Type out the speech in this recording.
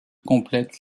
complètent